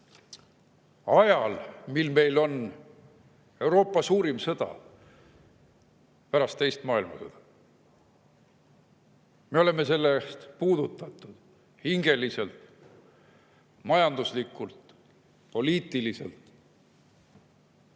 mil meil on Euroopa suurim sõda pärast teist maailmasõda – me oleme sellest puudutatud hingeliselt, majanduslikult ja poliitiliselt